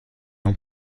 ans